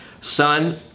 Son